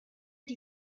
die